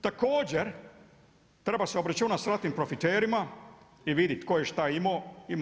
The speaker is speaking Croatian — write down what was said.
Također, treba se obračunat sa ratnim profiterima i vidit tko je šta imao.